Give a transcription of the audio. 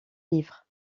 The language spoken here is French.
livres